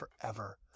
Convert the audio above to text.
forever